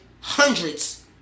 hundreds